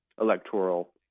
electoral